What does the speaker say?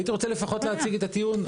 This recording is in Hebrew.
הייתי רוצה לפחות להציג את הטיעון.